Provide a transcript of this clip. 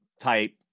type